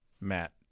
Matt